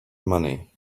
money